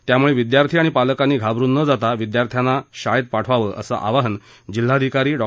त्यामुळे विद्यार्थी आणि पालकांनी घाबरून न जाता विद्यार्थ्यांना शाळेत पाठवावं असं आवाहन जिल्हाधिकारी डॉ